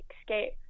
escape